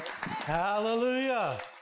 Hallelujah